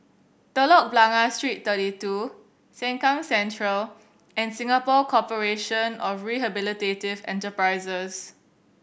Telok Blangah Street Thirty Two Sengkang Central and Singapore Corporation of Rehabilitative Enterprises